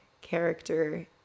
character